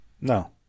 no